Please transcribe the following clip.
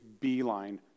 beeline